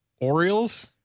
Orioles